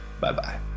Bye-bye